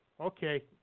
Okay